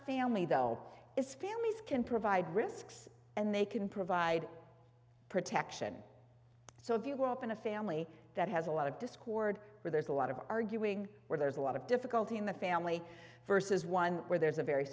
family though is families can provide risks and they can provide protection so if you grow up in a family that has a lot of discord where there's a lot of arguing where there's a lot of difficulty in the family versus one where there's a very